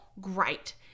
great